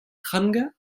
tramgarr